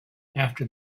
after